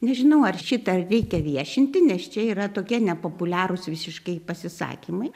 nežinau ar šitą reikia viešinti nes čia yra tokie nepopuliarūs visiškai pasisakymai